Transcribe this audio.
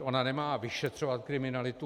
Ona nemá vyšetřovat kriminalitu.